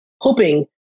hoping